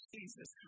Jesus